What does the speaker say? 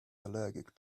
allergic